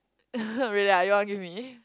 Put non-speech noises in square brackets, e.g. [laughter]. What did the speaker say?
[laughs] really ah you want give me